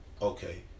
Okay